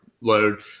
load